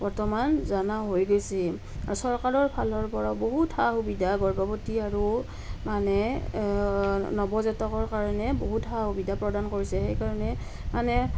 বৰ্তমান জনা হৈ গৈছে আৰু চৰকাৰৰ ফালৰ পৰা বহুত সা সুবিধা গৰ্ভৱতী আৰু মানে নৱজাতকৰ কাৰণে বহুত সা সুবিধা প্ৰদান কৰিছে সেইকাৰণে মানে